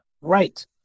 right